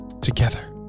together